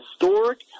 historic